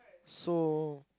so